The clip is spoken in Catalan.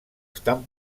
estan